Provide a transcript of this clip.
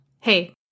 hey